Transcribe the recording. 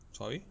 sorry